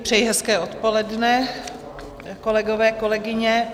Přeji hezké odpoledne, kolegové, kolegyně.